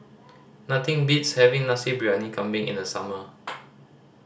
nothing beats having Nasi Briyani Kambing in the summer